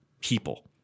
people